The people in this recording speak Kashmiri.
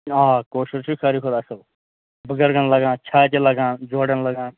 آ کٲشُر چھُ ساروی کھۄتہٕ اَصٕل بہٕ بُزرگَن لَگان چھاتہِ لَگان جوڑن لَگان